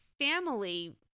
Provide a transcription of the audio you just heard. family